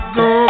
go